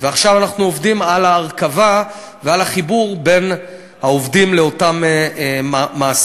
ועכשיו אנחנו עובדים על ההרכבה ועל החיבור בין העובדים לאותם מעסיקים.